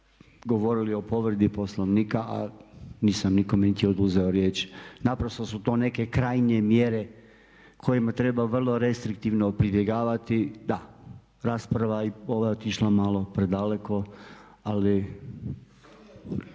govorili o povredi Poslovnika, a nisam nikome niti oduzeo riječ. Naprosto su to neke krajnje mjere kojima treba vrlo restriktivno pribjegavati. Da, rasprava je ova otišla malo predaleko. Ali